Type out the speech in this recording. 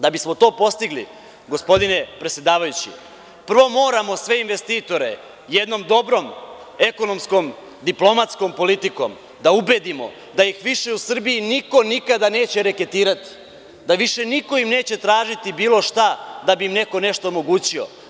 Da bismo to postigli, gospodine predsedavajući, prvo moramo sve investitore jednom dobrom ekonomskom, diplomatskom politikom da ubedimo da ih više u Srbiji niko nikada neće reketirati, da više niko im neće tražiti bilo šta, da bi im neko nešto omogućio.